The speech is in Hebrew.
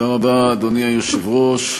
אדוני היושב-ראש,